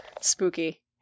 spooky